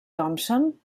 thompson